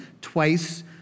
twice